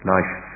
Life